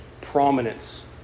prominence